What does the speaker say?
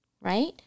Right